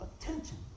attention